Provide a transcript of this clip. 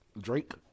Drake